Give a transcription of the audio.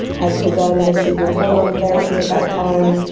had begun receiving hormone therapy at that time,